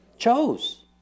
chose